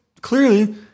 clearly